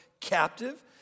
captive